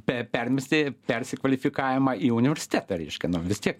permesti persikvalifikavimą į universitetą reiškia na vis tiek